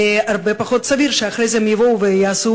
הרבה פחות סביר שאחרי זה הם יבואו ויעשו